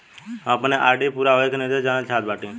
हम अपने आर.डी पूरा होवे के निर्देश जानल चाहत बाटी